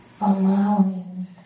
allowing